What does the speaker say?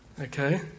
Okay